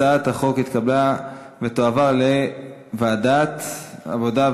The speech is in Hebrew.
הצעת החוק התקבלה ותועבר לוועדת העבודה,